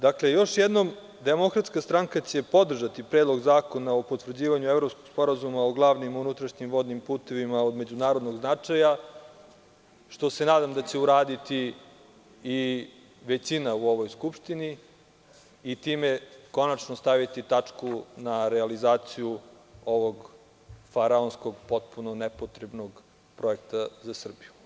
Dakle, još jednom, Demokratska stranka će podržati Predlog zakona o potvrđivanju Evropskog sporazuma o glavnim unutrašnjim vodnim putevima od međunarodnog značaja, što se nadam da će uraditi i većina u ovoj Skupštini i time konačno staviti tačku na realizaciju ovog faraonskog, potpuno nepotrebnog projekta za Srbiju.